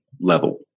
level